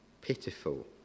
pitiful